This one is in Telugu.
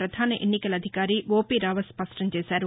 పధాన ఎన్నికల అధికారి ఓపీ రావత్ స్పష్టంచేశారు